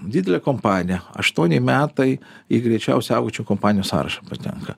didelė kompanija aštuoni metai į greičiausiai augančių kompanijų sąrašą patenka